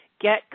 Get